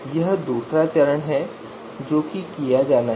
तो यह दूसरा चरण है जो किया जाना है